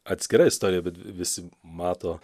atskira istorija bet visi mato